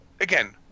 again